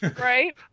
Right